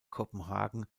kopenhagen